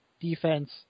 defense